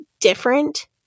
different